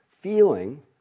feeling